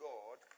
God